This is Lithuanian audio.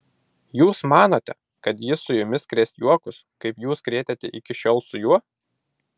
jūs manote kad jis su jumis krės juokus kaip jūs krėtėte iki šiol su juo